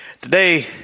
Today